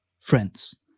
friends